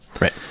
Right